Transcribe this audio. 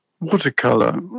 watercolor